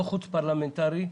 חוץ-פרלמנטרי,